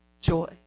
joy